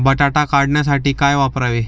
बटाटा काढणीसाठी काय वापरावे?